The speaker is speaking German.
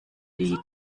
die